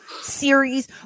Series